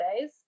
days